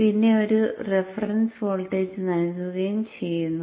പിന്നെ ഒരു reference voltage നൽകുകയും ചെയ്യുന്നു